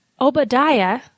Obadiah